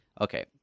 okay